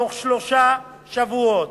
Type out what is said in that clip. בתוך שלושה שבועות,